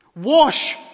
wash